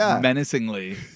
menacingly